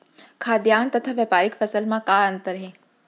खाद्यान्न तथा व्यापारिक फसल मा का अंतर हे?